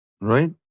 right